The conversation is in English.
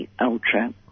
ultra-